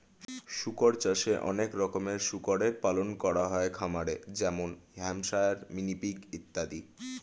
শুকর চাষে অনেক রকমের শুকরের পালন করা হয় খামারে যেমন হ্যাম্পশায়ার, মিনি পিগ ইত্যাদি